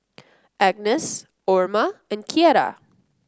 Agness Orma and Kierra